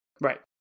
right